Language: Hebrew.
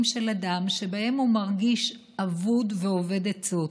של אדם שבהם הוא מרגיש אבוד ואובד עצות,